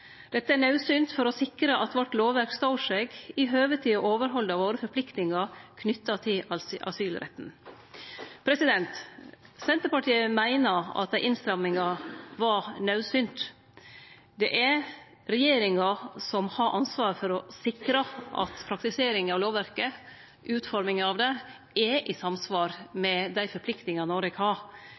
Dette er naudsynt for å sikre at vårt lovverk står seg i høve til å overhalde våre forpliktingar knytte til asylretten. Senterpartiet meiner at innstrammingane var naudsynte. Det er regjeringa som har ansvaret for å sikre at praktiseringa av lovverket og utforminga av det er i samsvar med dei forpliktingane Noreg har.